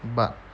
but